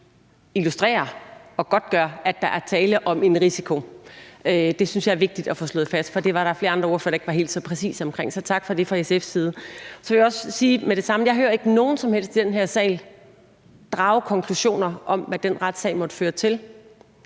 illustrerer og godtgør, at der er tale om en risiko. Det synes jeg er vigtigt at få slået fast, for det var der flere andre ordførere der ikke var helt så præcise omkring. Så tak for det til SF. Så vil jeg også sige med det samme, at jeg ikke hører nogen som helst i den her sal drage konklusioner om, hvad den retssag måtte føre til.